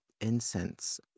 incense